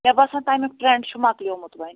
مےٚ باسان تَمیٛک ٹرٛینٛڈ چھُ مۄکلیٛومُت وۄنۍ